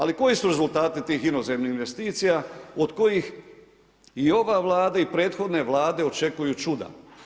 Ali, koji su rezultati tih inozemnih investicija, od kojih i ova Vlada i prethodne Vlade očekuju čuda.